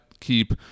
keep